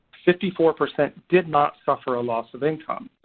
fifty four percent did not suffer a loss of income.